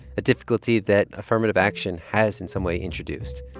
a difficulty that affirmative action has in some way introduced.